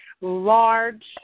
large